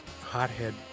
hothead